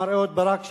מר אהוד ברק,